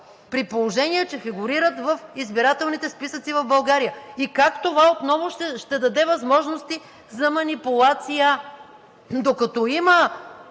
при положение че фигурират в избирателните списъци в България, и как това отново ще даде възможности за манипулация? Докато има